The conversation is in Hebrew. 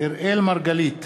אראל מרגלית,